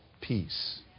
peace